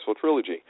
trilogy